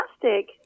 fantastic